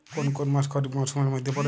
কোন কোন মাস খরিফ মরসুমের মধ্যে পড়ে?